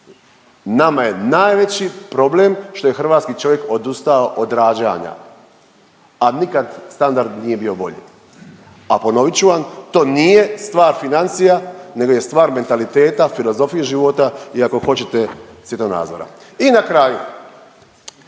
nama je najveći problem što je hrvatski čovjek odustao od rađanja, a nikad standard nije bio bolji. A ponovit ću vam, to nije stvar financija nego je stvar mentaliteta, filozofije života i ako hoćete svjetonazora. I na kraju